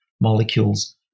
molecules